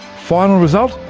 final result,